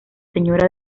señora